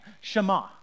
shema